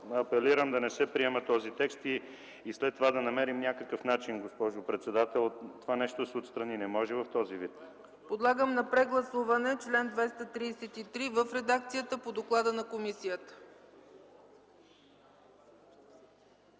апелирам да не се према този текст и след това да намерим някакъв начин, госпожо председател, това нещо да се отстрани! Не може в този вид! ПРЕДСЕДАТЕЛ ЦЕЦКА ЦАЧЕВА: Подлагам на прегласуване чл. 233 в редакцията по доклада на комисията.